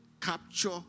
capture